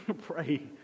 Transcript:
Pray